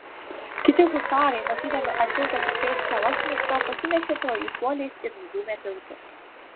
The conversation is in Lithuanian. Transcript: kiti husarai matydami ant tilto tik pėsčią vachmistrą pasinešė pro jį šuoliais ir nudūmė tiltu